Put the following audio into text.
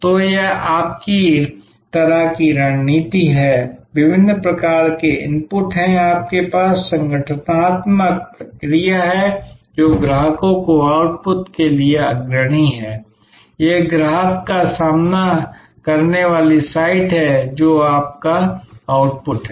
तो यह आपकी तरह की रणनीति है विभिन्न प्रकार के इनपुट हैं आपके पास संगठनात्मक प्रक्रिया है जो ग्राहकों को आउटपुट के लिए अग्रणी है यह ग्राहक का सामना करने वाली साइट है जो आपका आउटपुट है